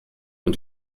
und